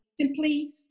simply